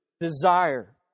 desire